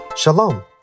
Shalom